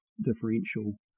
differential